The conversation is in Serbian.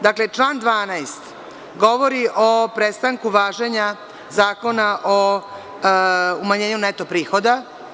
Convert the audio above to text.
Dakle, član 12. govori o prestanku važenja Zakona o umanjenju neto prihoda.